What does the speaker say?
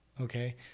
okay